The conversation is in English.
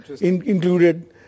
included